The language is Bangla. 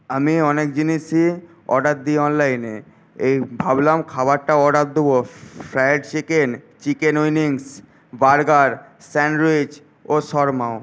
আমি অনেক জিনিসই অর্ডার দিই অনলাইনে এই ভাবলাম খাবারটাও অর্ডার দেব fried chicken chicken wings burger স্যান্ডউইচও সরমাও